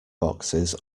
boxes